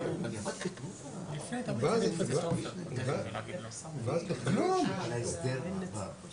כן חבר הכנסת ששון גואטה רוצה לומר משהו לפרוטוקול.